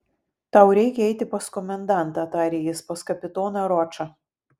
tau reikia eiti pas komendantą tarė jis pas kapitoną ročą